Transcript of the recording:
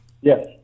Yes